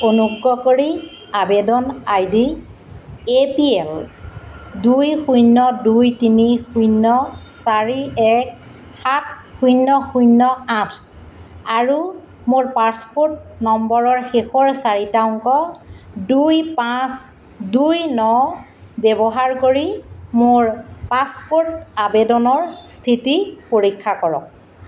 অনুগ্ৰহ কৰি আবেদন I D A P L দুই শূন্য় দুই তিনি শূন্য় চাৰি এক সাত শূন্য় শূন্য় আঠ আৰু মোৰ পাছপোৰ্ট নম্বৰৰ শেষৰ চাৰিটা অংক দুই পাঁচ দুই ন ব্য়ৱহাৰ কৰি মোৰ পাছপোৰ্ট আবেদনৰ স্থিতি পৰীক্ষা কৰক